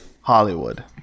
Hollywood